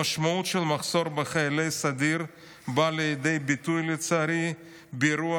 המשמעות של מחסור בחיילי סדיר באה לידי ביטוי לצערי באירוע